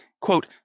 quote